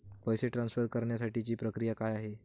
पैसे ट्रान्सफर करण्यासाठीची प्रक्रिया काय आहे?